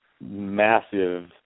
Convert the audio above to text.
massive